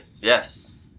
Yes